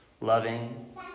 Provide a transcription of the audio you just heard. loving